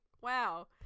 wow